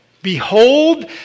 Behold